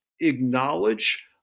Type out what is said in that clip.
acknowledge